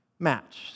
match